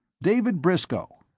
david briscoe.